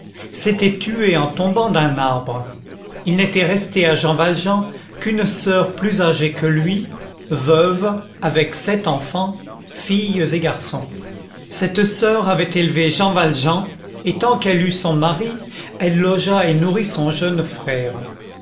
s'était tué en tombant d'un arbre il n'était resté à jean valjean qu'une soeur plus âgée que lui veuve avec sept enfants filles et garçons cette soeur avait élevé jean valjean et tant qu'elle eut son mari elle logea et nourrit son jeune frère